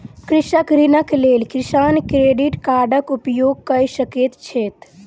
कृषक ऋणक लेल किसान क्रेडिट कार्डक उपयोग कय सकैत छैथ